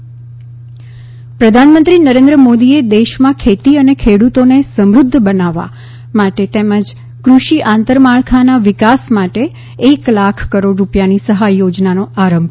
PM કૃષિ પ્રધાનમંત્રી નરેન્દ્ર મોદીએ દેશમાં ખેતી અને ખેડૂતોને સમૃદ્ધ બનાવવા માટે તેમજ કૃષિ આંતરમાળખાના વિકાસ માટે એક લાખ કરોડ રૂપિયાની સહાય યોજનાનો આરંભ કરાવ્યો